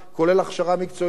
כולל הכשרה מקצועית,